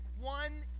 one